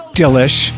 dillish